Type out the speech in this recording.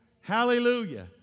Hallelujah